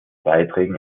beiträgen